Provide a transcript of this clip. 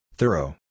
Thorough